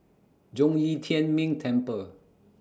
Zhong Yi Tian Ming Temple